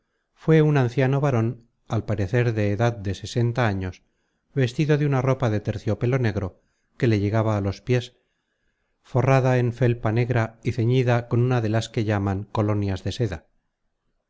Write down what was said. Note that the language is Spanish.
fué un anciano varon al parecer de edad de sesenta años vestido de una ropa de terciopelo negro que le llegaba á los piés forrada en felpa negra y ceñida con una de las que llaman colonias de seda